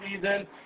season